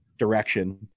direction